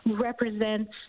represents